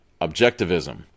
objectivism